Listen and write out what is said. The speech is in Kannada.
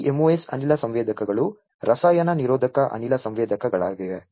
ಈ MOS ಅನಿಲ ಸಂವೇದಕಗಳು ರಸಾಯನ ನಿರೋಧಕ ಅನಿಲ ಸಂವೇದಕಗಳಾಗಿವೆ